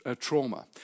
trauma